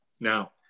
Now